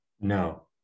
No